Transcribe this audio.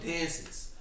dances